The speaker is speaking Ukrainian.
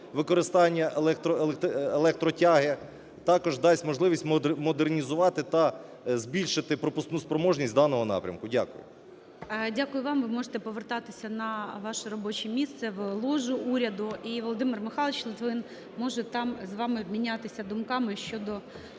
використання електротяги, також дасть можливість модернізувати та збільшити пропускну спроможність даного напрямку. Дякую. ГОЛОВУЮЧИЙ. Дякую вам. Ви можете повертатися на ваше робоче місце, в ложу уряду. І Володимир Михайлович Литвин може там з вами обмінятися думками щодо